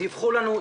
דיווחו לנו,